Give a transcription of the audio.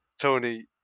Tony